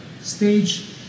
stage